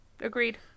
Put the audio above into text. Agreed